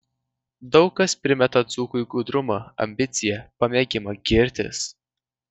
daug kas primeta dzūkui gudrumą ambiciją pamėgimą girtis